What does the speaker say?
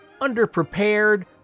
underprepared